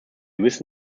müssen